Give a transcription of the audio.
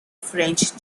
french